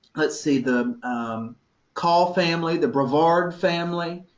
let's see. the call family, the brevard family,